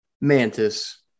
Mantis